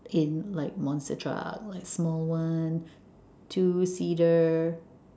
in like like small one two seater